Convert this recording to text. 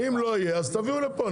אם לא יהיה אז תביאו לפה,